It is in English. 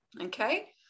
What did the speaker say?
okay